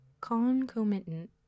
concomitant